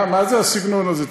מה זה הסגנון הזה?